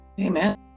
Amen